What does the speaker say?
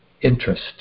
interest